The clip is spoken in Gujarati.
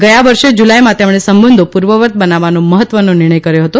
ગયા વર્ષે જુલાઇમાં તેમણે સંબંધો પૂર્વવત બનાવવાનો મહત્વનો નિર્ણય કર્યો હતો